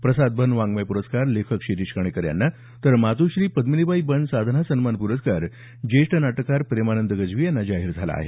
प्रसाद बन वाङ्मय प्रस्कार लेखक शिरीष कणेकर यांना तर मातुश्री पद्मिनीबाई बन साधना सन्मान प्रस्कार ज्येष्ठ नाटककार प्रेमानंद गज्वी यांना जाहीर झाला आहे